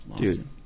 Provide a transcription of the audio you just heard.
Dude